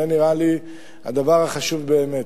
זה נראה לי הדבר החשוב באמת.